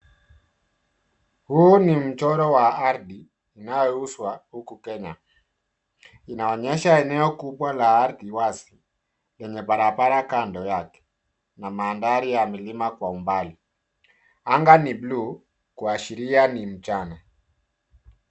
Huu ni mchoro wa ardhi inayo uzwa huku kenya. Inaonyesha eneo kubwa la ardhi wazi yenye barabara kando yake na madhari ya milima kwa umbali. Anga ni bluu kuashiria ni mchana.